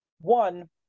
one